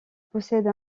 possède